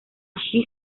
she